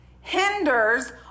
hinders